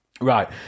Right